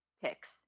picks